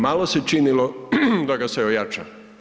Malo se činilo da ga se ojača.